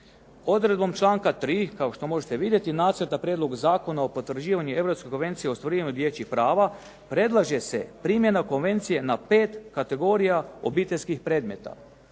Odredbom članka 3., kao što možete vidjeti nacrta prijedloga zakona o potvrđivanju Europske konvencije o ostvarivanju dječjih prava predlaže se, primjena konvencije na pet kategorija obiteljskih predmeta.